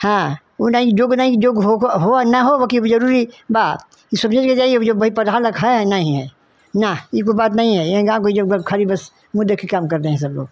हाँ ऊ नहीं जोग नहीं जोग होगो हो ना हो वो की भी जरुरी बा ई सब जगह जाई अब जब भाई प्रधान लक है या नहीं है ना ई कोई बात नहीं है ये गाँव का जो ब खाली बस मुँह देख के काम करते हैं सब लोग